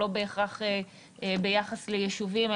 לא בהכרח ביחס ליישובים,